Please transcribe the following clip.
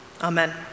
Amen